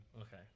Okay